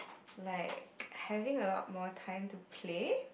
like having a lot more time to play